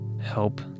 help